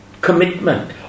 commitment